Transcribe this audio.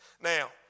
Now